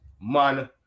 man